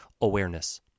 awareness